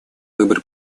выбор